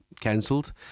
cancelled